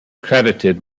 credited